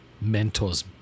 mentors